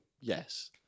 yes